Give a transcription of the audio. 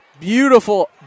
Beautiful